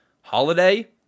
holiday